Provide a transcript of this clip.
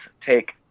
take